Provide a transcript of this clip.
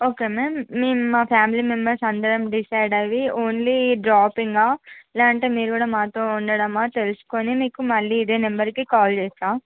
okay ma'am మేం మా family members అందరం డిసైడ్ అయి ఓన్లీ డ్రాపింగ్ ఆ లేదంటే మీరు కూడా మాతో ఉండడమా తెలుసుకొని మీకు మళ్ళీ ఇదే నెంబర్కి కాల్ చేస్తాం